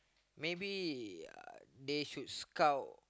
maybe they should scout